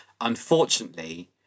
unfortunately